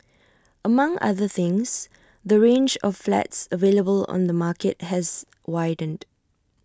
among other things the range of flats available on the market has widened